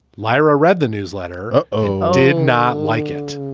lyra read the newsletter. oh, did not like it.